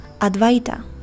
Advaita